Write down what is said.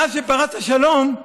מאז פרץ השלום,